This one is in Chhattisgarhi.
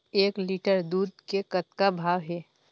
एक लिटर दूध के कतका भाव हे?